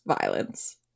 violence